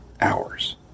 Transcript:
hours